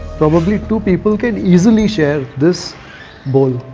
probably two people can easily share this bowl.